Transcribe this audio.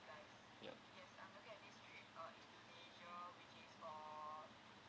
yup